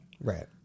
Right